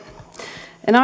en